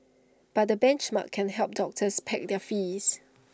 but the benchmarks can help doctors peg their fees